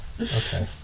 Okay